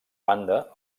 banda